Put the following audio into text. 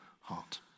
heart